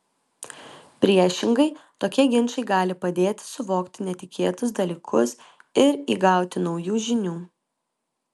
priešingai tokie ginčai gali padėti suvokti netikėtus dalykus ir įgauti naujų žinių